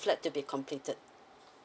flat to be completed